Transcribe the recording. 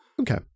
Okay